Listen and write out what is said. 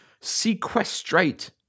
sequestrate